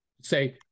say